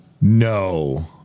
No